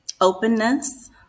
openness